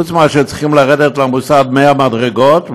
חוץ מזה שצריך לרדת למוסד 100 מדרגות,